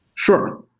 sure.